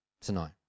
tonight